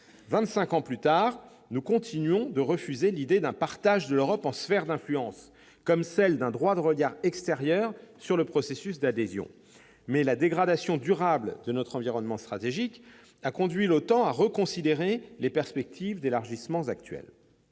ans plus tard, nous continuons de refuser l'idée d'un partage de l'Europe en sphères d'influence, comme celle d'un droit de regard extérieur sur le processus d'adhésion. La dégradation durable de notre environnement stratégique a cependant conduit l'OTAN à reconsidérer les perspectives d'élargissement actuelles.